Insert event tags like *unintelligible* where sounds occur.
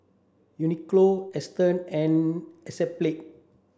Uniqlo Astons and *unintelligible*